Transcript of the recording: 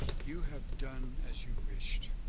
you have done as you wished.